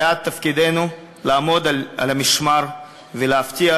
כעת תפקידנו הוא לעמוד על המשמר ולהבטיח